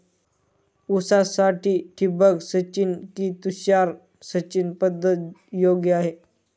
ऊसासाठी ठिबक सिंचन कि तुषार सिंचन पद्धत योग्य आहे?